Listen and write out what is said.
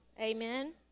amen